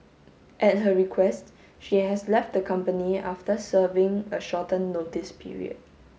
at her request she has left the company after serving a shortened notice period